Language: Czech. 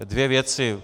Dvě věci.